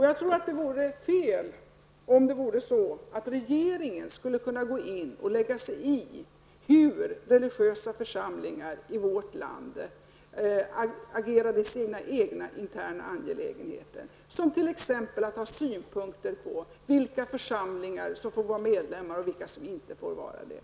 Jag tror att det vore fel om regeringen gick in och lade sig i detta med hur religiösa församlingar i vårt land agerar i fråga om interna angelägenheter. Det kan t.ex. gälla detta med att ha synpunkter på vilka församlingar som får vara medlemmar och vilka som inte får vara det.